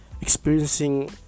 experiencing